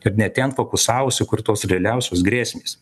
ir ne ten fokusavosi kur tos realiausios grėsmės